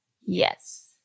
Yes